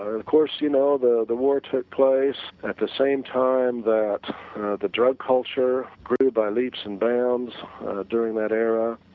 of course you know the the war took place at the same time that the drug culture grew by leaps and bounds during that era,